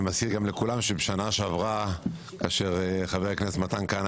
אני מזכיר גם לכולם שבשנה שעברה כאשר חבר הכנסת מתן כהנא